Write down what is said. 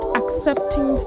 accepting